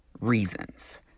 reasons